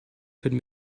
could